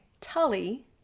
Tully